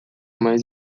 mais